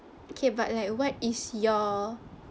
okay but like what is your